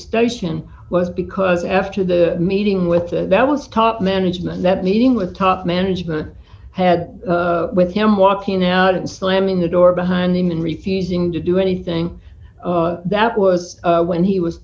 station was because after the meeting with the that was top management that meeting with top management had with him walking out and slamming the door behind him and refusing to do anything that was when he was